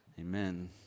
Amen